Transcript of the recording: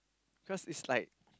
cause is like